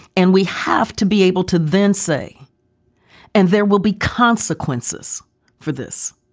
and we have to be able to then say and there will be consequences for this.